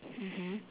mmhmm